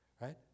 right